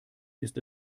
ist